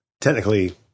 technically